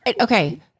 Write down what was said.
Okay